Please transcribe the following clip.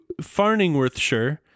farningworthshire